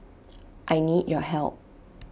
I need your help